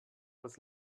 als